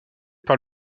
par